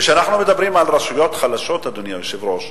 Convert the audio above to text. כשאנחנו מדברים על רשויות חלשות, אדוני היושב-ראש,